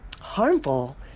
harmful